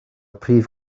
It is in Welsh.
prif